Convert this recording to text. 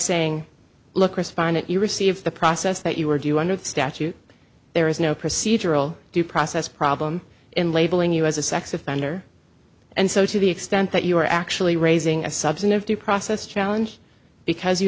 saying look respondent you received the process that you were due under the statute there is no procedural due process problem in labeling you as a sex offender and so to the extent that you are actually raising a substantive due process challenge because you